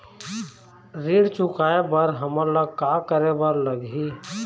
ऋण चुकाए बर हमन ला का करे बर लगही?